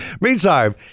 meantime